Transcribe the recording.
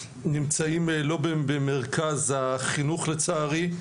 נמצאים לא במרכז החינוך לצערי,